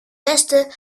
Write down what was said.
westen